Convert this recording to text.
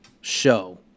show